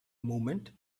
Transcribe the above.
moment